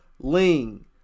Ling